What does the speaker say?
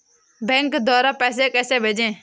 Bank द्वारा पैसे कैसे भेजें?